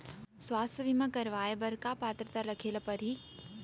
स्वास्थ्य बीमा करवाय बर का पात्रता रखे ल परही?